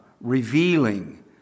revealing